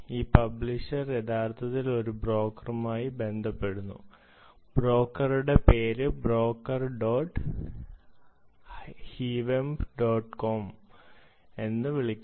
ഈ പബ്ലിഷർ യഥാർത്ഥത്തിൽ ഒരു ബ്രോക്കറുമായി ബന്ധപ്പെടുന്നു ബ്രോക്കറുടെ പേര് ബ്രോക്കർ ഡോട്ട് ഹിവെംപ് ഡോട്ട് കോം എന്ന് വിളിക്കാം